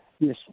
Yes